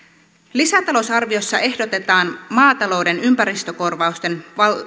lisätalousarviossa ehdotetaan maatalouden ympäristökorvausten